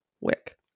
Wick